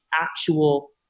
actual